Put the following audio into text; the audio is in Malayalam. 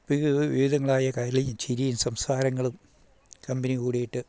വിവിധങ്ങളായ കളി ചിരിയും സംസാരങ്ങളും കമ്പനി കൂടിയിട്ട്